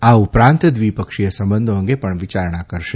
આ ઉપરાંત દ્વિપક્ષી સંબંધો અંગે પણ વિચારણા કરશે